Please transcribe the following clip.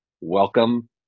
welcome